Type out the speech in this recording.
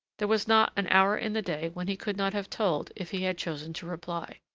there was not an hour in the day when he could not have told if he had chosen to reply.